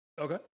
Okay